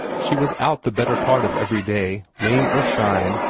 she was out the better part of every day, rain or shine,